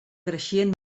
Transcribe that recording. creixien